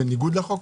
בניגוד לחוק?